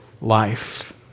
life